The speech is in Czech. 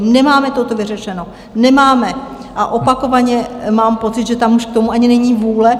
Nemáme toto vyřešeno, nemáme, a opakovaně mám pocit, že tam už k tomu ani není vůle.